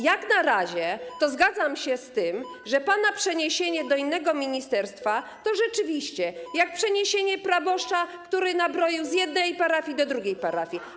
Jak na razie zgadzam się z tym, że pana przeniesienie do innego ministerstwa rzeczywiście jest jak przeniesienie proboszcza, który nabroił, z jednej parafii do drugiej parafii.